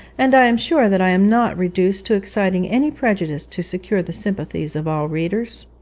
and i am sure that i am not reduced to exciting any prejudice to secure the sympathies of all readers.